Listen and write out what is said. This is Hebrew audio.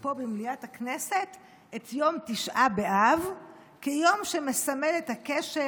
פה במליאת הכנסת את יום תשעה באב כיום שמסמל את הקשר